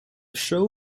show